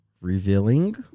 revealing